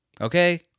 Okay